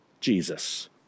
Jesus